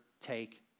take